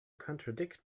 contradict